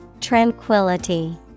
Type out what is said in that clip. Tranquility